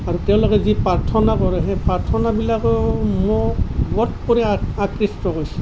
আৰু তেওঁলোকে যি প্ৰাৰ্থনা কৰে সেই প্ৰাৰ্থনাবিলাকে মোক বৰকৈ আ আকৃষ্ট কৰিছে